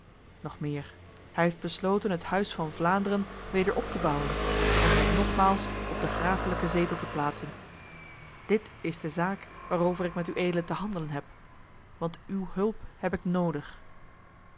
nog meer hij heeft besloten het huis van vlaanderen weder op te bouwen en mij nogmaals op de grafelijke zetel te plaatsen dit is de zaak waarover ik met ued te handelen heb want uw hulp heb ik nodig